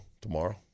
Tomorrow